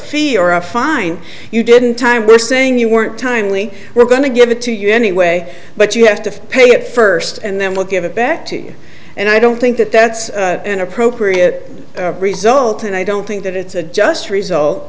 fear or a fine you didn't time we're saying you weren't timely we're going to give it to you anyway but you have to pay it first and then we'll give it back to you and i don't think that that's an appropriate result and i don't think that it's a just result